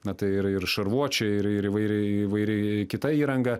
na tai yra ir šarvuočiai ir ir įvairiai įvairi kita įranga